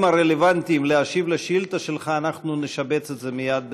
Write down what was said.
הרלוונטיים להשיב על השאילתה אנחנו נשבץ את זה מייד בסדר-היום,